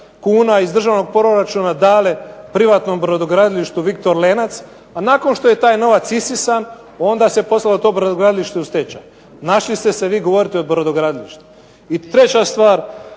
kuna iz državnog proračuna dale privatnom brodogradilištu Viktor Lenac, a nakon što je taj novac isisan, onda se poslalo to brodogradilište u stečaj. Našli ste se vi govoriti o brodogradilištu. I treća stvar